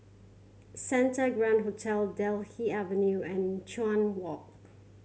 Santa Grand Hotel Delta Avenue and Chuan Walk